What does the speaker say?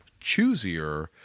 choosier